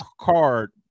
card